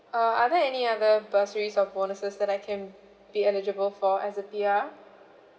uh are there any other bursaries or bonuses that I can be eligible for as a P_R